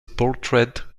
portrait